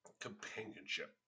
companionship